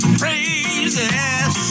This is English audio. praises